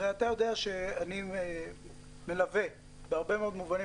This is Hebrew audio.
הרי אתה יודע שאני מלווה בהרבה מאוד מובנים